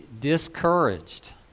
discouraged